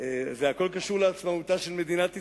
הכול קשור לעצמאותה של מדינת ישראל,